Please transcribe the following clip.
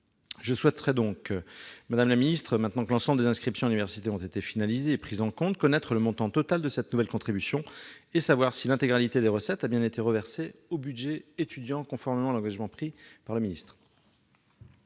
au budget étudiant. Madame la secrétaire d'État, maintenant que l'ensemble des inscriptions à l'université ont été finalisées et prises en compte, je souhaiterais connaître le produit total de cette nouvelle contribution et savoir si l'intégralité des recettes a bien été reversée au budget étudiant, conformément à l'engagement pris par le ministre.